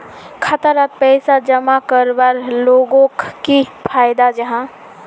खाता डात पैसा जमा करवार लोगोक की फायदा जाहा?